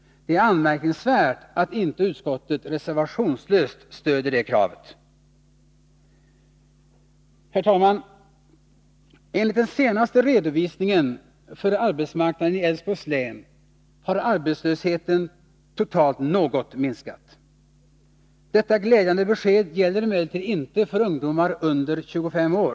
Det är anmärkningsvärt att utskottet inte reservationslöst stöder det kravet. Herr talman! Enligt den senaste redovisningen för arbetsmarknaden i Älvsborgs län har arbetslösheten totalt något minskat. Detta glädjande besked gäller emellertid inte för ungdomar under 25 år.